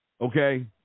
Okay